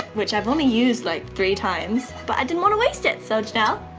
which i've only used like three times but i didn't wanna waste it so janelle,